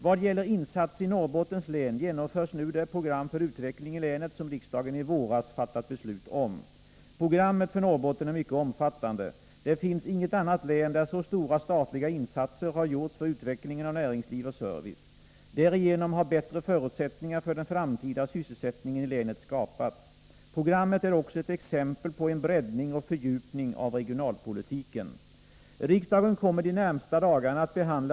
Vad gäller insatser i Norrbottens län genomförs nu det program för utveckling i länet som riksdagen i våras fattat beslut om. Programmet för Norrbotten är mycket omfattande. Det finns inget annat län där så stora statliga insatser har gjorts för utvecklingen av näringsliv och service. Därigenom har bättre förutsättningar för den framtida sysselsättningen i länet skapats. Programmet är också ett exempel på en breddning och fördjupning av regionalpolitiken. Norrbottens län.